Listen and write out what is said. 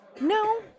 No